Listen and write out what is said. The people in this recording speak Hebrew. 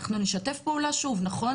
אנחנו נשתף פעולה שוב, נכון?